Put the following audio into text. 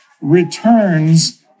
returns